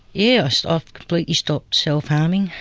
yeah so i've completely stopped self harming,